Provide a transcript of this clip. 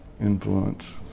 influence